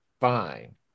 fine